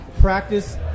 practice